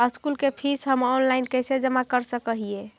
School के fees हम online कैसे जमा कर सक हिय?